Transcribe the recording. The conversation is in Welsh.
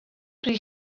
bryd